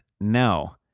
No